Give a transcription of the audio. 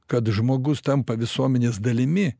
kad žmogus tampa visuomenės dalimi